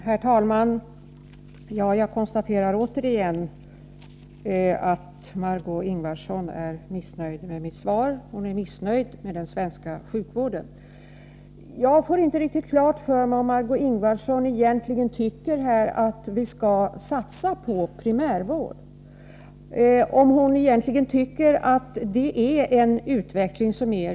Herr talman! Jag konstaterar återigen att Margé Ingvardsson är missnöjd med mitt svar; hon är missnöjd med den svenska sjukvården. Jag får inte riktigt klart för mig om Margé Ingvardsson egentligen tycker att vi skall satsa på primärvård — om hon egentligen tycker att det är en riktig utveckling.